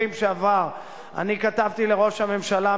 אני קורא אותך לסדר פעם שנייה.